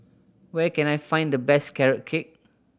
where can I find the best Carrot Cake